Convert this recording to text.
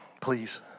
Please